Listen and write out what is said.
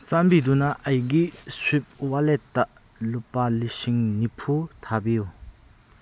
ꯆꯥꯟꯕꯤꯗꯨꯅ ꯑꯩꯒꯤ ꯁ꯭ꯋꯤꯞ ꯋꯥꯂꯦꯠꯇ ꯂꯨꯄꯥ ꯂꯤꯁꯤꯡ ꯅꯤꯐꯨ ꯊꯥꯕꯤꯌꯨ